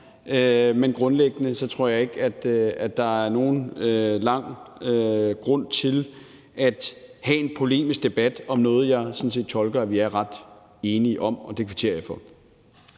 men grundlæggende tror jeg ikke, at der er nogen grund til at have en lang polemisk debat om noget, jeg sådan set tolker at vi er ret enige om, og det kvitterer jeg for.